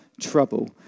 trouble